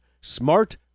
smart